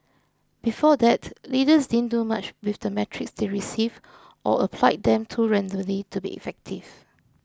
before that leaders didn't do much with the metrics they received or applied them too randomly to be effective